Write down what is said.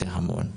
זה המון.